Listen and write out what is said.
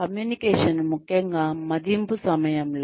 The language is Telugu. కమ్యూనికేషన్ ముఖ్యంగా మదింపు సమయంలో